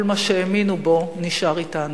כל מה שהם האמינו בו נשאר אתנו.